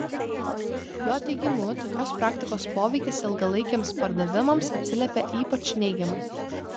jo teigimu tokios praktikos poveikis ilgalaikiams pardavimams atsiliepia ypač neigiamai